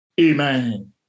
Amen